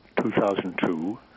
2002